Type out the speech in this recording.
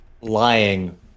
lying